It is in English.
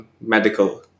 medical